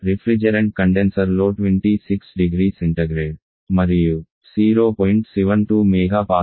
refrigerant కండెన్సర్లో 26 0C మరియు 0